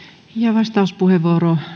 vastauspuheenvuoro